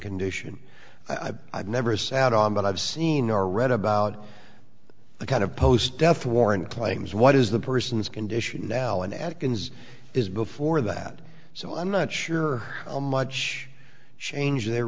condition i've never sat on but i've seen or read about the kind of post death warrant claims what is the person's condition now and adkins is before that so i'm not sure how much change there